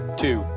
two